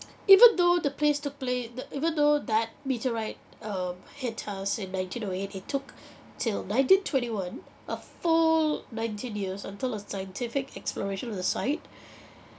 even though the place took play the even though that meteorite um hit us in nineteen o eight it took till nineteen twenty one a full nineteen years until a scientific exploration of the site